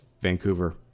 Vancouver